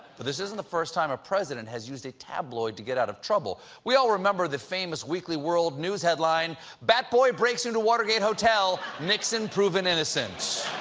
but this isn't the first time a president has used a tabloid to get out of trouble. we all remember the famous weekly world news headline batboy breaks into watergate hotel. nixon proven innocent.